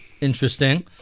Interesting